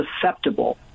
susceptible